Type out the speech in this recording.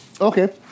Okay